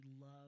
love